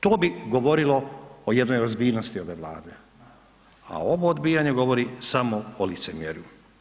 To bi govorilo o jednoj ozbiljnosti ove Vlade, a ovo odbijanje govori samo o licemjerju.